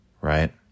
right